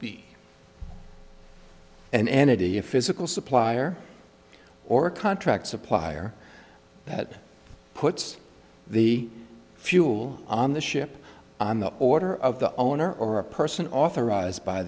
be an entity a physical supplier or contract supplier that puts the fuel on the ship on the order of the owner or a person authorized by